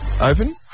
Open